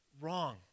wrong